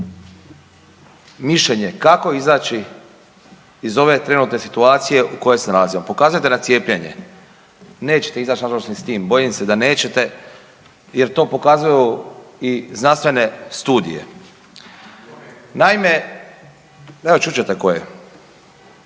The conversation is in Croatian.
mišljenje kako izaći iz ove trenutne situacije u kojoj se nalazimo. Pokazujete na cijepljenje, neće izaći nažalost ni s tim, bojim se da nećete jer to pokazuju i znanstvene studije. Naime, evo čut ćete koje.